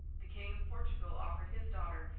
the king of portugal offered his daughter,